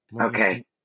Okay